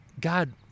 God